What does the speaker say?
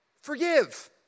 Forgive